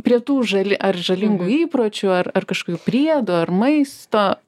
prie tų žali ar žalingų įpročių ar ar kažkaip priedų ar maisto